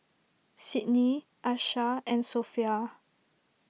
Sidney Asha and Sophia